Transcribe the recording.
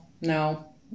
no